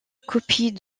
copie